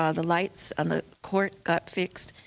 ah the lights on the court got fixed.